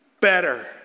better